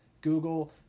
Google